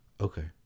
Okay